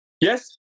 Yes